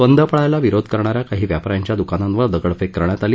बद पाळायला विरोध करणा या काही व्यापा यांच्या दुकानावर दगडफेक करण्यात आली